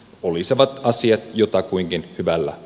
ulisevat asiat jotakuinkin hyvällä